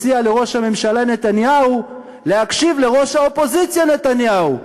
אני מציע לראש הממשלה נתניהו להקשיב לראש האופוזיציה נתניהו,